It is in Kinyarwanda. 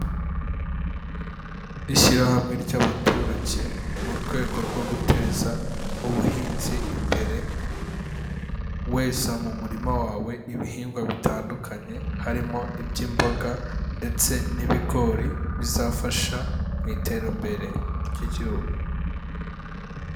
Ishyirahamwe ry'abaturage mu rwego rwo guteza ubuhinzi imbere, wesa mu murima wawe ibihingwa bitandukanye harimo iby'imboga ndetse n'ibigori bizafasha mu iterambere ry'Igihugu.